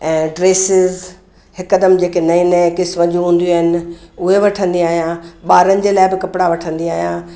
ऐं ड्रेसिस हिकदमु जेके नए नए क़िस्म जूं हूंदियूं आहिनि उहे वठंदी आहियां ॿारनि जे लाइ बि कपिड़ा वठंदी आहियां